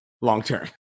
long-term